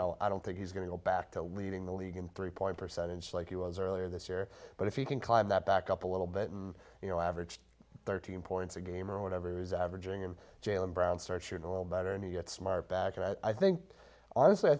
know i don't think he's going to go back to leading the league in three point percentage like he was earlier this year but if you can climb that back up a little bit you know averaged thirteen points a game or whatever is averaging in jail and browns search and a little better and you get smart back and i think honestly i